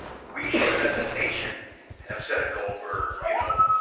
we should as a nation have set a goal for, you know,